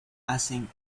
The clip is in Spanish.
hacen